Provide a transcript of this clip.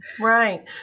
Right